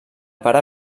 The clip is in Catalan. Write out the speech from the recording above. pare